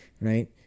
right